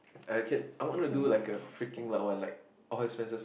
!aiya! Ken I wanna do like a freaking loud one like all expenses